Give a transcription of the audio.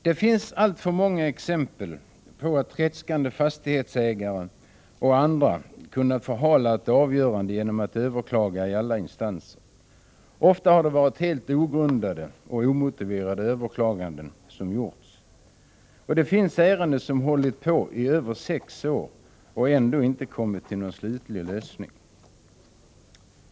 Det finns alltför många exempel på att tredskande fastighetsägare och andra har kunnat förhala ett avgörande genom att överklaga i alla instanser. Ofta har det varit helt ogrundade och omotiverade överklaganden som gjorts. Det finns ärenden som hållit på i över sex år och ändå inte fått någon slutlig lösning.